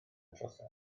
trosedd